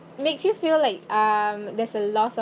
makes you feel like um there's a loss of